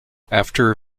after